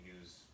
use